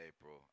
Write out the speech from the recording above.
April